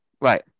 Right